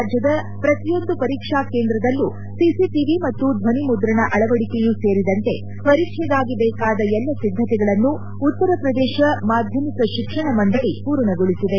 ರಾಜ್ಯದ ಪ್ರತಿ ಪರೀಕ್ಷಾ ಕೇಂದ್ರದಲ್ಲೂ ಸಿಸಿಟಿವಿ ಮತ್ತು ಧ್ಲನಿ ಮುದ್ರಣ ಅಳವಡಿಕೆಯೂ ಸೇರಿದಂತೆ ಪರೀಕ್ಷೆಗಾಗಿ ಎಲ್ಲ ಸಿದ್ದತೆಗಳನ್ನು ಉತ್ತರ ಪ್ರದೇಶ ಮಾಧ್ಯಮಿಕ ಶಿಕ್ಷಣ ಮಂಡಳಿ ಪೂರ್ಣಗೊಳಿಸಿದೆ